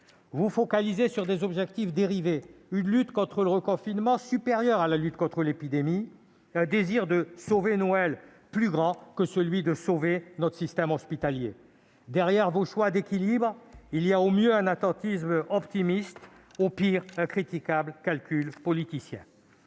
vous focalisez sur des objectifs dérivés : lutter contre le reconfinement plutôt que contre l'épidémie, sauver Noël plutôt que notre système hospitalier. Derrière vos « choix d'équilibre », il y a au mieux un attentisme optimiste, au pire un critiquable calcul politicien.